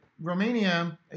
Romania